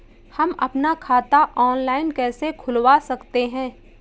हम अपना खाता ऑनलाइन कैसे खुलवा सकते हैं?